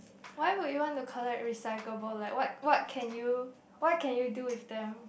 why would you wanna collect recyclable like what what can you what can you do with them